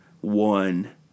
one